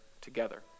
together